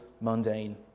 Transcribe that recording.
mundane